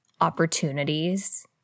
opportunities